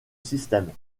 système